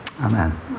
Amen